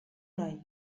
nahi